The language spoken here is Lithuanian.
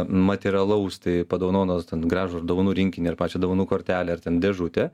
materialaus tai padovanodamas ten gražų dovanų rinkinį ar pačią dovanų kortelę ar ten dėžutę